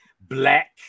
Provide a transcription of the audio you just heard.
Black